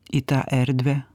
į tą erdvę